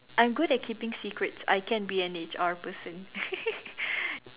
I'm good at keeping secrets I can be an H_R person